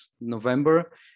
November